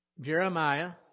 Jeremiah